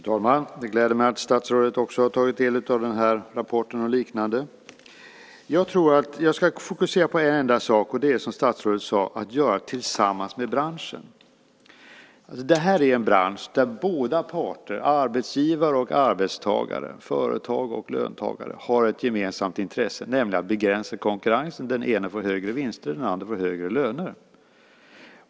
Fru talman! Det gläder mig att statsrådet också har tagit del av den här rapporten och liknande. Jag ska fokusera på en enda sak, och det är det som statsrådet sade om att man ska göra det tillsammans med branschen. Det här är en bransch där båda parter, arbetsgivare och arbetstagare, företag och löntagare, har ett gemensamt intresse, nämligen att begränsa konkurrensen. Den ena får högre vinster. Den andra får högre löner.